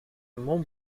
mont